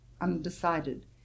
undecided